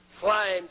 flying